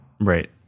Right